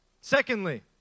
Secondly